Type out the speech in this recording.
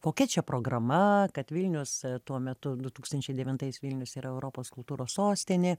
kokia čia programa kad vilnius tuo metu du tūkstančiai devintais vilnius yra europos kultūros sostinė